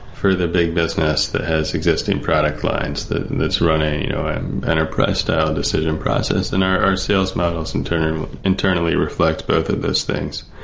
for the big business that has existing product lines that's running you know and enterprise style decision process, and our sales model internally internally reflect both of those things.